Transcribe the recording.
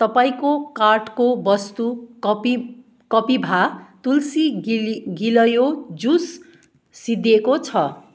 तपाईँको कार्टको वस्तु कपिभा तुलसी गिलोय जुस सिद्धिएको छ